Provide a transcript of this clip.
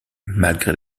malgré